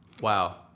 wow